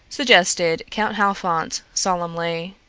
suggested count halfont solemnly.